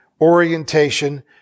orientation